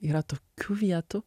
yra tokių vietų